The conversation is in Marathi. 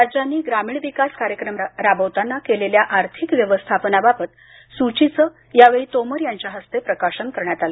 राज्यांनी ग्रामीण विकास कार्यक्रम राबवताना केलेल्या आर्थिक व्यवस्थापनाबाबत सूचीचं यावेळी तोमर यांच्या हस्ते प्रकाशन करण्यात आलं